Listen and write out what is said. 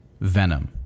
Venom